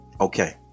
Okay